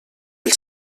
els